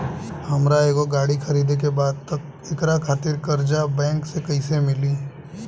हमरा एगो गाड़ी खरीदे के बा त एकरा खातिर कर्जा बैंक से कईसे मिली?